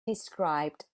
described